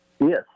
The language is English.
Yes